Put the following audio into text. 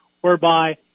whereby